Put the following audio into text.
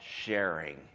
sharing